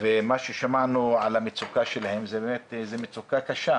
מה ששמענו על המצוקה שלהם, זו מצוקה קשה.